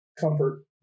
comfort